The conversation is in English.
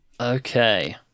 Okay